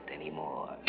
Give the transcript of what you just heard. anymore